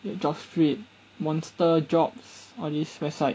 the Jobstreet Monster jobs all these website